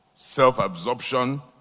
self-absorption